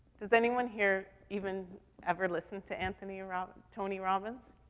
does anyone here even ever listen to anthony ro tony robbins?